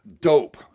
Dope